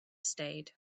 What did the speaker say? stayed